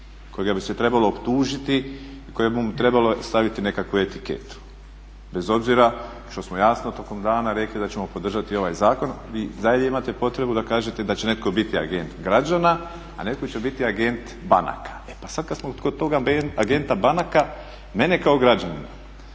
kojega bi se trebalo optužiti, kojemu bi trebalo staviti nekakvu etiketu bez obzira što smo jasno tokom dana rekli da ćemo podržati ovaj zakon vi i dalje imate potrebu da kažete da će netko biti agent građana, a netko će biti agent banaka. E pa sad kad smo kod tog agenta banaka mene kao građanina